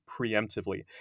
preemptively